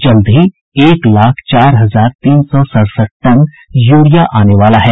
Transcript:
जल्द ही एक लाख चार हजार तीन सौ सड़सठ टन यूरिया आने वाला है